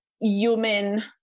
human